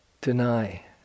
deny